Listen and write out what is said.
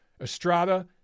Estrada